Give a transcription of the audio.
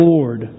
Lord